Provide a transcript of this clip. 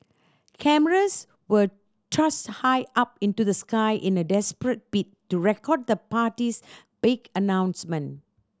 cameras were thrust high up into the sky in a desperate bid to record the party's big announcement